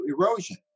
erosion